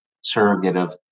surrogate